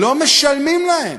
לא משלמים להם.